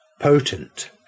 potent